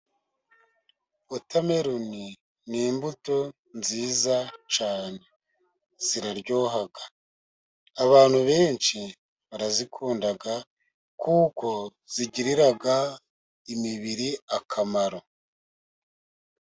Wotameloni ni imbuto nziza cyane. Ziraryoha abantu benshi barazikunda kuko zigirira imibiri akamaro.